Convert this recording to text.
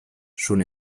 schon